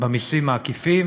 במסים העקיפים